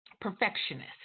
perfectionist